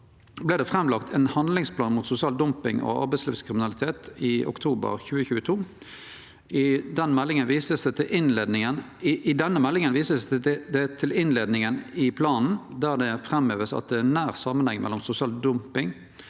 lagt fram ein handlingsplan mot sosial dumping og arbeidslivskriminalitet i oktober 2022. I denne meldinga vert det vist til innleiinga i den planen. Der vert det framheva at det er nær samanheng mellom sosial dumping,